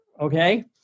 okay